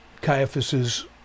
Caiaphas's